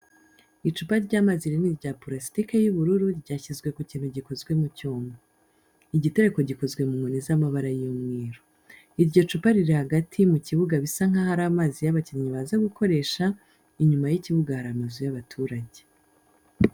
Icupa ry'amazi rinini rya purasitike ry'ubururu ryashyizwe ku kintu gikozwe mu cyuma. Igitereko gikozwe mu nkoni z'amabara y'umweru. Iryo cupa riri hagati mu kibuga bisa nkaho ari amazi abakinnyi baza gukoresha, inyuma y'ikibuga hari amazu y'abaturage.